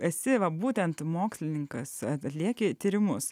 esi va būtent mokslininkas atlieki tyrimus